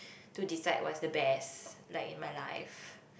to decide what's the best like in my life